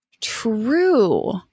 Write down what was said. true